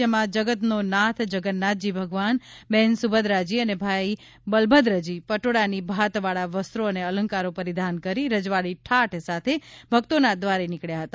જેમાં જગતનો નાથ જગન્નાથજી ભગવાન બહેન સુભદ્રાજી અને ભાઇ બલભદ્રજીની પટોળાની ભાતવાળા વસ્ત્રો અને અલંકારો પરિધાન કરી રજવાડી ઠાઠ સાથે ભક્તોના દ્વારે નીકળ્યા હતા